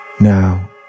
Now